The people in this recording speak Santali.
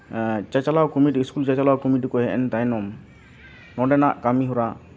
ᱪᱟᱪᱞᱟᱣ ᱠᱚᱢᱤᱴᱤ ᱤᱥᱠᱩᱞ ᱪᱟᱪᱞᱟᱣ ᱠᱚᱢᱤᱴᱤ ᱠᱚ ᱦᱮᱡ ᱮᱱ ᱛᱟᱭᱱᱚᱢ ᱱᱚᱸᱰᱮᱱᱟᱜ ᱠᱟᱹᱢᱤᱦᱚᱨᱟ